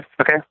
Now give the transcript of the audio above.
Okay